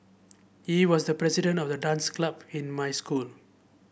he was the president of the dance club in my school